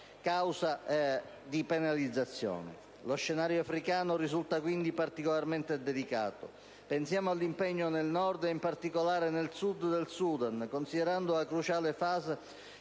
Esecutivo penalizzate. Lo scenario africano risulta quindi particolarmente delicato. Pensiamo all'impegno nel Nord e in particolare nel Sud del Sudan, considerando la cruciale fase